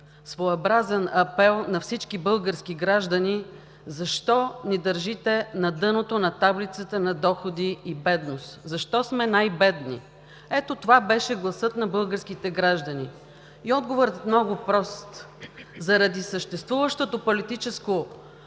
своеобразен апел на всички български граждани – защо ни държите на дъното на таблицата на доходи и бедност, защо сме най-бедни? Ето това беше гласът на българските граждани. И отговорът е много прост – заради съществуващото политическо